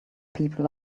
people